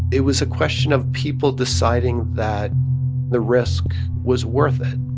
it was a question of people deciding that the risk was worth it.